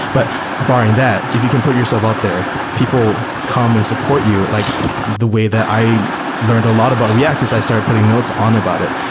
but barring that, if you can put yourself out there, people come and support you. like the way that i learned a lot about react is i started putting notes on about it.